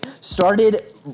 started